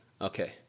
Okay